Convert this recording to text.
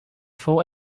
full